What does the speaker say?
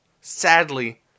sadly